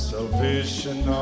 Salvation